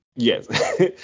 Yes